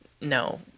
no